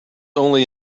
only